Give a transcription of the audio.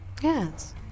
Yes